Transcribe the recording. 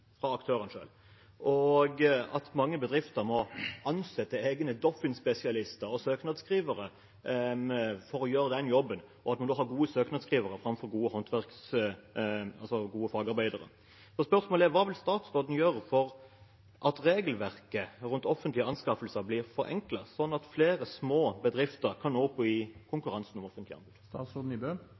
og at mange bedrifter må ansatte egne Doffin-spesialister og søknadsskrivere for å gjøre den jobben – at man må ha gode søknadsskrivere framfor gode fagarbeidere. Så spørsmålet er: Hva vil statsråden gjøre for at regelverket rundt offentlige anskaffelser blir forenklet, slik at flere små bedrifter kan nå opp i konkurransen om